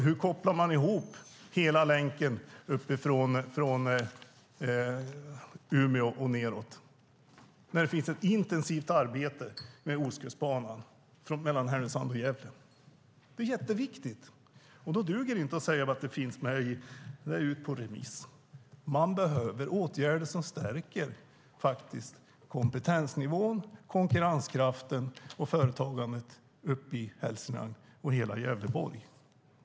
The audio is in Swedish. Hur kopplar man ihop hela länken från Umeå och nedåt när det finns ett intensivt arbete med Ostkustbanan mellan Härnösand och Gävle? Det är jätteviktigt. Då duger det inte att säga att det finns med och att det är ute på remiss. Man behöver åtgärder som stärker kompetensnivån, konkurrenskraften och företagandet uppe i Hälsingland och hela Gävleborg.